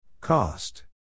Cost